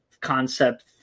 concept